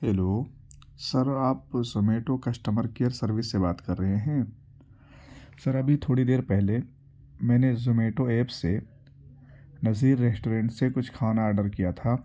hello sir آپ Zomato customer care service سے بات کر رہے ہیں سر ابھی تھوڑی دیر پہلے میں نے زومیٹو ایپ سے نذیر ریسٹورینٹ سے کچھ کھانا آرڈر کیا تھا